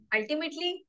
Ultimately